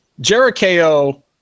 Jericho